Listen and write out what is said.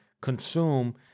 consume